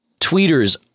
tweeters